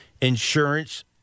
insurance